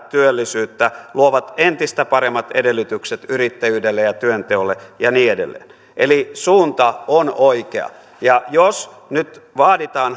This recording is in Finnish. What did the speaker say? työllisyyttä luovat entistä paremmat edellytykset yrittäjyydelle ja työnteolle ja niin edelleen suunta on oikea jos nyt vaaditaan